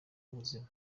ubuzima